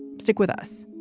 stick with us